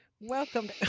welcome